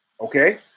okay